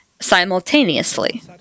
simultaneously